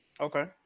Okay